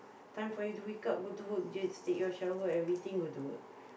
time for you to wake up go to work just take your shower everything go to work